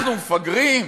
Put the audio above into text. אנחנו מפגרים?